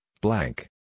blank